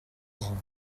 grand